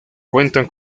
cuentan